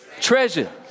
Treasure